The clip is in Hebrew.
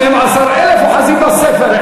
שנים-עשר אלף אוחזים בספר,